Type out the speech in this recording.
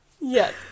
Yes